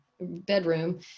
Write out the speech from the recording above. bedroom